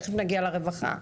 תכף נגיע לרווחה,